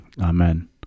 Amen